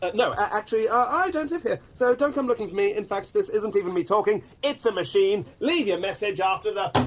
no, actually, i don't live here, so don't come looking for me. in fact this isn't even me talking. it's a machine. leave your message after the